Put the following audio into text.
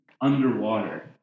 underwater